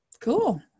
cool